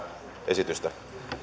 esitystä